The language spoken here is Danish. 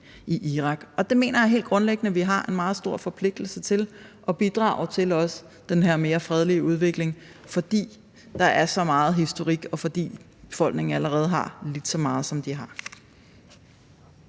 i Irak. Jeg mener, at vi helt grundlæggende har en meget stor forpligtelse til også at bidrage til den her mere fredelige udvikling, fordi der er så meget historik, og fordi befolkningen allerede har lidt så meget, som de har.